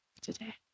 today